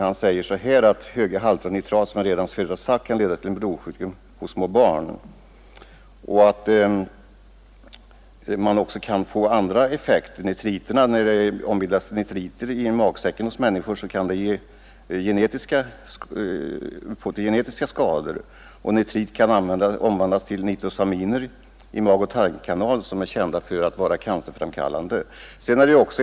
Han säger: ”Höga halter av nitrat i dricksvatten kan leda till en blodsjukdom ——— hos små barn.” Andra effekter kan också uppkomma — genetiska skador kan uppstå, påpekar forskningschefen Hannerz. ”Nitrit som omvandlas till nitrosaminer i magoch tarmkanal är kända för att vara cancerframkallande”, heter det i uttalandet.